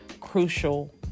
crucial